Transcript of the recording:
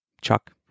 Chuck